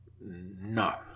No